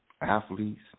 Athletes